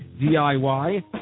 DIY